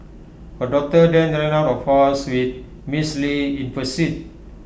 her daughter then ran out of house with Ms li in pursuit